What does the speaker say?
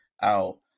out